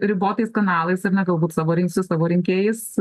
ribotais kanalais ar ne galbūt savo rinksis savo rinkėjais